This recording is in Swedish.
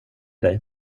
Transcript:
dig